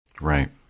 right